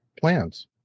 plans